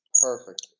Perfect